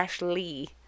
Lee